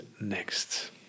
next